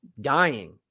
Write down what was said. dying